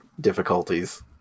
difficulties